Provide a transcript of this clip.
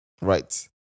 right